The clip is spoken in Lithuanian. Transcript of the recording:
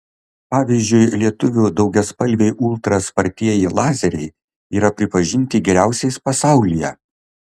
pavyzdžiui lietuvių daugiaspalviai ultra spartieji lazeriai yra pripažinti geriausiais pasaulyje